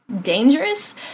dangerous